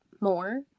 more